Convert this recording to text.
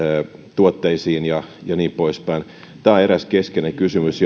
tuotteisiin ja ja niin poispäin tämä on eräs keskeinen kysymys